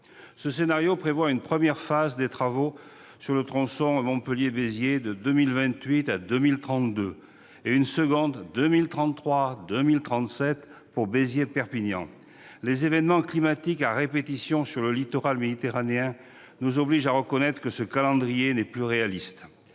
Ce scénario prévoit une première phase de travaux sur le tronçon Montpellier-Béziers de 2028 à 2032 et une seconde entre Béziers et Perpignan de 2033 à 2037. Les événements climatiques à répétition sur le littoral méditerranéen nous obligent à reconnaître que ce calendrier n'est plus réaliste.